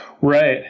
Right